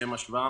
לשם השוואה,